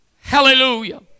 Hallelujah